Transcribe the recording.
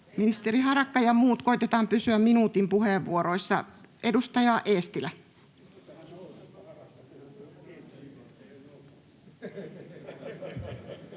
Ministeri Harakka ja muut, koetetaan pysyä minuutin puheenvuoroissa. — Edustaja Eestilä.